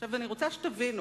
עכשיו, אני רוצה שתבינו: